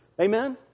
Amen